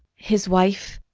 his wife,